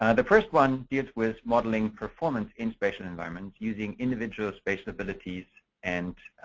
and the first one deals with modeling performance in spatial environments, using individual spatial abilities and